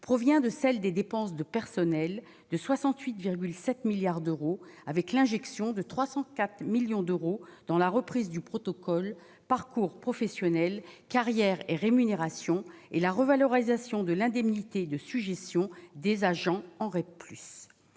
provient de celle des dépenses de personnel de 68,7 milliards d'euros avec l'injection de 304 millions d'euros dans la reprise du protocole, parcours professionnels carrières et rémunérations et la revalorisation de l'indemnité de sujétion des agents aurait